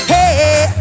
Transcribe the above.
Hey